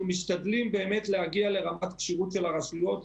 משתדלים להגיע לרמת כשירות של הרשויות,